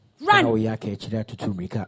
Run